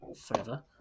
forever